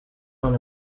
none